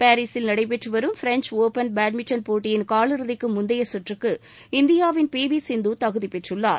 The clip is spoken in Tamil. பாரீசில் நடைபெற்று வரும் பிரெஞ்ச் ஒபன் பேட்மிண்டன் போட்டியின் காலிறுதிக்கு முந்தைய சுற்றுக்கு இந்தியாவின் பி வி சிந்து தகுதி பெற்றுள்ளார்